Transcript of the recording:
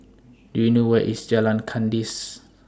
Do YOU know Where IS Jalan Kandis